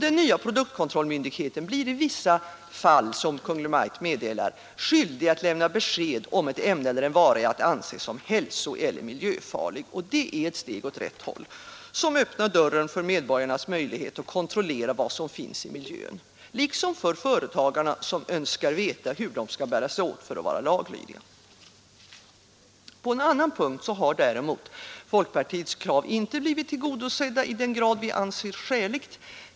Den nya produktkontrollmyndigheten blir i vissa fall, som Kungl. Maj:t meddelar, skyldig att lämna besked om ett ämne eller en vara är att anse som hälsoeller miljöfarlig. Det är ett steg åt rätt håll som öppnar dörren till en möjlighet för medborgarna att kontrollera vad som finns i miljön liksom för företagarna, som önskar veta hur de skall bära sig åt för att vara laglydiga. På en annan punkt har däremot folkpartiets krav inte blivit tillgodosedda i den grad vi anser skäligt.